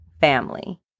family